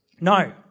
No